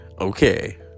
Okay